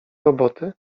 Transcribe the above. roboty